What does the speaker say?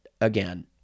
again